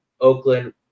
Oakland